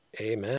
amen